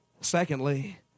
Secondly